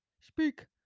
Speak